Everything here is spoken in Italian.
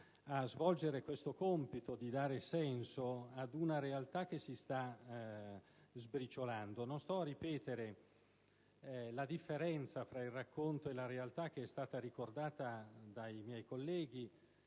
a svolgere questo compito di dare senso ad una realtà che si sta sbriciolando. Non sto a ripetere la differenza fra il racconto e la realtà, che è stata ricordata dai miei colleghi,